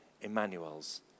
Emmanuel's